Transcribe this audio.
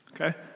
okay